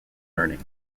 learning